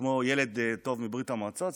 כמו ילד טוב מברית המועצות,